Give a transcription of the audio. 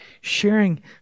sharing